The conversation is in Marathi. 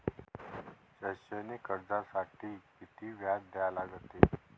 शैक्षणिक कर्जासाठी किती व्याज द्या लागते?